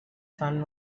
sun